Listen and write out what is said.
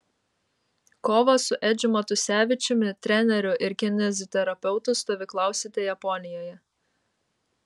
kovą su edžiu matusevičiumi treneriu ir kineziterapeutu stovyklausite japonijoje